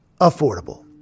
affordable